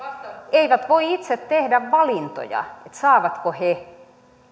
eivät voi itse tehdä valintoja siitä saavatko he